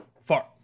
far